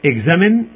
Examine